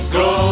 go